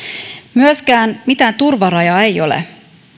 myöskään mitään turvarajaa ei ole